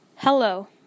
Hello